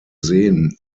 seen